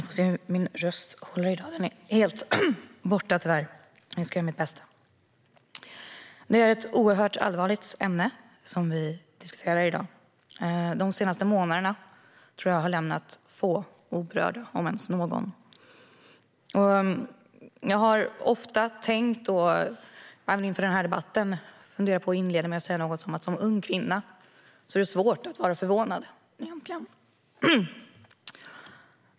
Herr talman! Det är ett oerhört allvarligt ämne som vi diskuterar i dag. De senaste månaderna tror jag har lämnat få oberörda, om ens någon. Jag har ofta tänkt på - och inför den här debatten funderade jag på att säga något om det - att det som ung kvinna är svårt att bli förvånad.